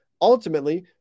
ultimately